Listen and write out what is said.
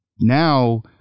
Now